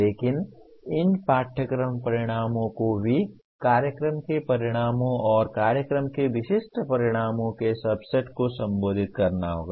लेकिन इन पाठ्यक्रम परिणामों को भी कार्यक्रम के परिणामों और कार्यक्रम के विशिष्ट परिणामों के सबसेट को संबोधित करना होगा